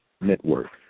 Network